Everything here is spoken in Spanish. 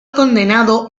condenado